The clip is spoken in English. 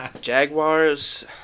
Jaguars